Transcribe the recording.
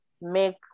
make